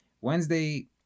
Wednesday